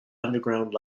underground